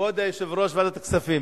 כבוד יושב-ראש ועדת הכספים,